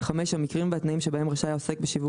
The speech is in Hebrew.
(5)המקרים והתנאים שבהם רשאי העוסק בשיווק